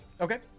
okay